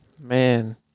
Man